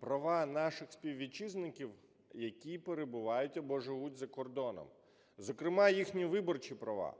права наших співвітчизників, які перебувають або живуть за кордоном, зокрема їхні виборчі права.